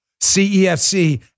CEFC